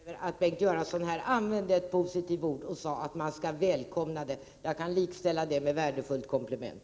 Herr talman! Jag vill bara uttrycka glädje över att Bengt Göransson här använde ett positivt ord och sade att man skall välkomna sådan medverkan. Jag kan likställa det med ”värdefullt komplement”.